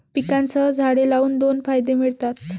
पिकांसह झाडे लावून दोन फायदे मिळतात